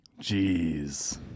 Jeez